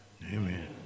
Amen